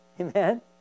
Amen